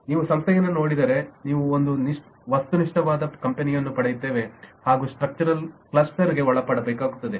ನೀವು ಸಂಸ್ಥೆಯನ್ನು ನೋಡಿದರೆ ನಾವು ಒಂದು ವಸ್ತು ನಿಷ್ಠವಾದ ಕಂಪನಿಯನ್ನು ಪಡೆಯುತ್ತೇವೆ ಹಾಗೂ ಸ್ಟ್ರಕ್ಚರಲ್ ಕ್ಲಸ್ಟರ್ಗೆ ಒಳಪಡಬೇಕಾಗುತ್ತದೆ